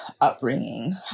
upbringing